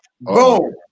Boom